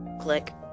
click